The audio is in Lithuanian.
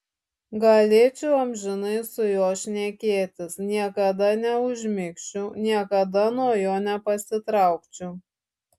galėčiau amžinai su juo šnekėtis niekada neužmigčiau niekada nuo jo nepasitraukčiau